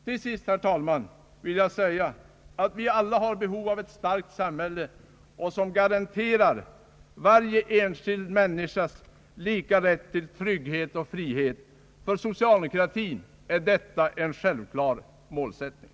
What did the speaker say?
Till sist, herr talman, vill jag säga att vi alla har behov av ett starkt samhälle som garanterar varje enskild människas lika rätt till trygghet och frihet. För socialdemokratin är detta en självklar målsättning.